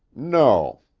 no.